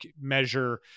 measure